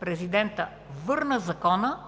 президентът върна Закона,